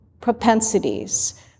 propensities